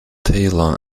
talon